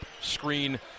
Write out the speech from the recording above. screen